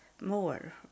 more